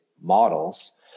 models